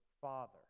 father